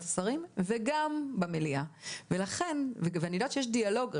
השרים וגם במליאה ולכן ואני יודעת שיש דיאלוג,